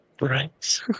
right